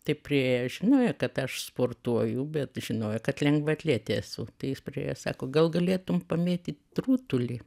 taip priėjo žinojo kad aš sportuoju bet žinojo kad lengvaatletė esu tai jis priėjo sako gal galėtum pamėtyt rutulį